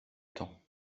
temps